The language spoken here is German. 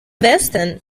westen